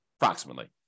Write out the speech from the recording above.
approximately